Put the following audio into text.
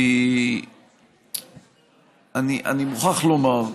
כי אני מוכרח לומר,